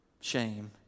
shame